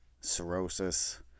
cirrhosis